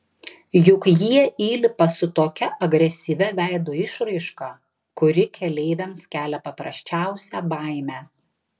juk jie įlipa su tokia agresyvia veido išraiška kuri keleiviams kelia paprasčiausią baimę